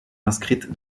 inscrite